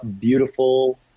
beautiful